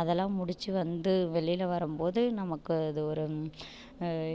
அதெல்லாம் முடிச்சு வந்து வெளியில் வரும் போது நமக்கு அது ஒரு